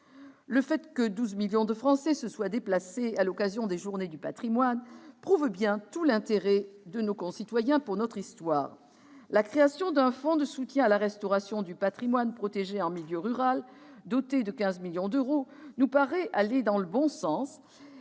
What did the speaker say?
Le fait que 12 millions de Français se soient déplacés à l'occasion des Journées du Patrimoine prouve bien tout l'intérêt de nos concitoyens pour notre histoire. La création d'un fonds de soutien à la restauration du patrimoine protégé en milieu rural, doté de 15 millions d'euros, nous paraît aller dans le bon sens,